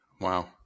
Wow